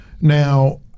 Now